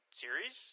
series